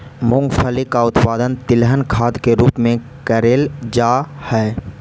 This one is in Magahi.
मूंगफली का उत्पादन तिलहन खाद के रूप में करेल जा हई